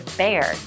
bear